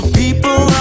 people